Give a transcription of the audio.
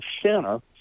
center